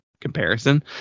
comparison